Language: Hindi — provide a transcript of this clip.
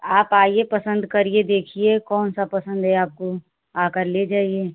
आप आइए पसंद करिए देखिए कौन सा पसंद है आपको आकर ले जाइए